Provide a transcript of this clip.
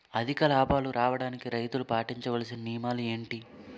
అధిక లాభాలు రావడానికి రైతులు పాటించవలిసిన నియమాలు ఏంటి